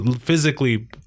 physically